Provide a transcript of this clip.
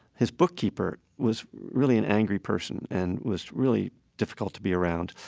his bookkeeper was really an angry person and was really difficult to be around.